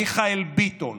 מיכאל ביטון,